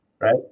Right